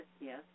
yes